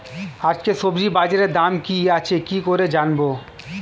আজকে সবজি বাজারে দাম কি আছে কি করে জানবো?